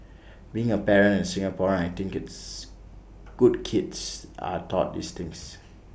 being A parent and Singaporean I think it's good kids are taught these things